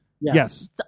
Yes